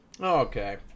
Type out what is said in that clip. Okay